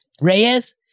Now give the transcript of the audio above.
Reyes